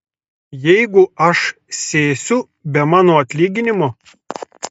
jeigu aš sėsiu be mano atlyginimo